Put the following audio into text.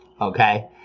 Okay